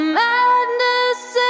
madness